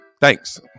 thanks